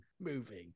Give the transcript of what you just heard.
moving